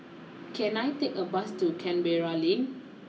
can I take a bus to Canberra Lane